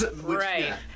Right